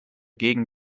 gegen